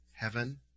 heaven